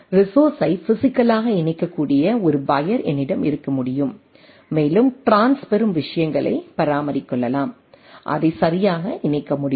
ரீஸோர்ஸை பிசிக்கலாக இணைக்கக்கூடிய ஒரு வயர் என்னிடம் இருக்க முடியும் மேலும் டிரான்ஸ் பெறும் விஷயங்களைப் பரிமாறிக் கொள்ளலாம் குறிப்பு நேரம் 1042 அதை சரியாக இணைக்க முடியும்